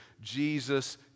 jesus